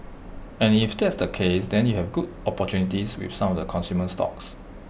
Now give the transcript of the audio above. and if that's the case then you have good opportunities with some of the consumer stocks